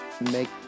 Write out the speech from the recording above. make